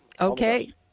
Okay